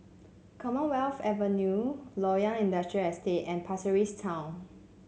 Commonwealth Avenue Loyang Industrial Estate and Pasir Ris Town